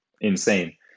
insane